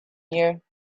here